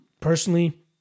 personally